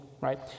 right